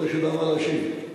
כדי שאדע מה להשיב?